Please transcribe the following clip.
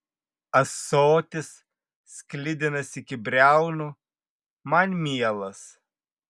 ąsotis sklidinas iki briaunų man mielas